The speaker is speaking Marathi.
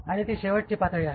आणि शेवटची पातळी आहे